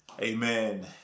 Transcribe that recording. amen